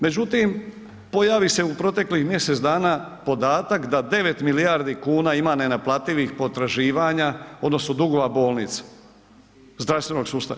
Međutim, pojavi se u proteklih mjesec dana podatak da 9 milijardi kuna ima nenaplativih potraživanja odnosno dugova bolnica, zdravstvenog sustava.